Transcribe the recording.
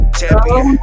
champion